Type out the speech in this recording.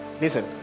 Listen